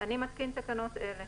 אני מתקין תקנות אלה: